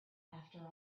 after